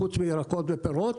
חוץ מעל ירקות ופירות.